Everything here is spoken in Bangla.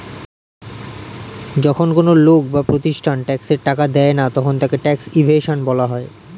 যখন কোন লোক বা প্রতিষ্ঠান ট্যাক্সের টাকা দেয় না তখন তাকে ট্যাক্স ইভেশন বলা হয়